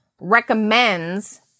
recommends